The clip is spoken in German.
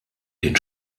den